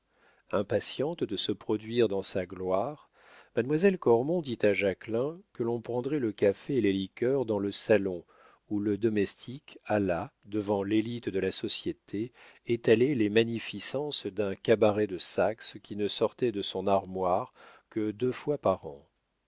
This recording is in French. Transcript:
impatiente de se produire dans sa gloire mademoiselle cormon dit à jacquelin que l'on prendrait le café et les liqueurs dans le salon où le domestique alla devant l'élite de la société étaler les magnificences d'un cabaret de saxe qui ne sortait de son armoire que deux fois par an